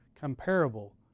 comparable